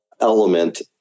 element